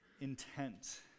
intent